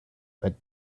but